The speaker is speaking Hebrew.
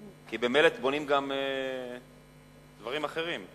כי במלט בונים גם דברים אחרים.